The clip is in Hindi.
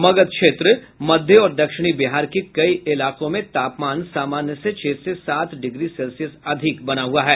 मगध क्षेत्र मध्य और दक्षिणी बिहार के कई इलाकों में तापमान सामान्य से छह से सात डिग्री सेल्सियस अधिक बना हुआ है